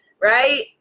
right